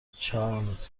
چارلز